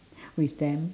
with them